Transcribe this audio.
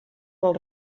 del